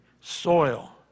soil